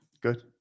good